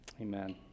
Amen